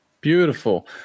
Beautiful